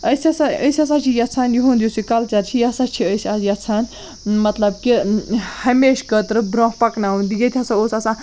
أسۍ ہسا أسۍ ہسا چھِ یَژھان یِہُنٛد یُس یہِ کَلچَر چھِ یہِ ہسا چھِ أسۍ یژھان مطلب کہِ ہمیشہٕ خٲطرٕ برٛونٛہہ پَکناوُن ییٚتہِ ہسا اوس آسان